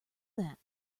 that